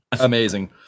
Amazing